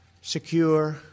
secure